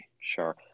Sure